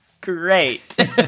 Great